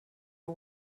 you